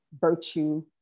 virtue